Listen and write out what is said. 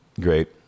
great